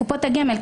קופות הגמל,